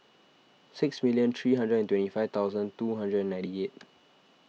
six million three hundred and twenty five thousand two hundred and ninety eight